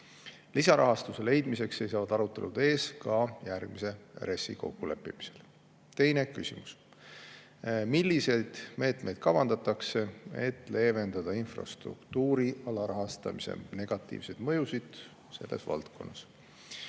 Lisarahastuse leidmise arutelud seisavad ees ka järgmise RES‑i kokkuleppimisel. Teine küsimus: milliseid meetmeid kavandatakse, et leevendada infrastruktuuri alarahastamise negatiivseid mõjusid selles valdkonnas?